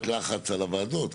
בעלות לחח"י בחדרי השנאים.